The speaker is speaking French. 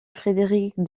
frédéric